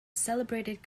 celebrated